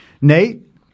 Nate